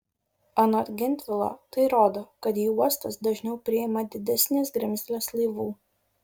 anot gentvilo tai rodo kad į uostas dažniau priima didesnės grimzlės laivų